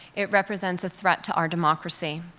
it represents a threat to our democracy.